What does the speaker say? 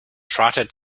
trotted